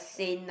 stern